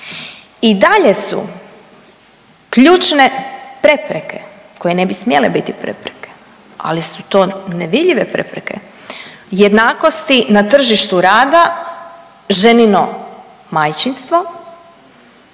I dalje su ključne prepreke koje ne bi smjele biti prepreke, ali su to nevidljive prepreke, jednakosti na tržištu rada, ženino majčinstvo,